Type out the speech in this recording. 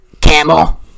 Camel